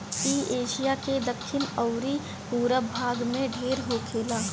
इ एशिया के दखिन अउरी पूरब भाग में ढेर होखेला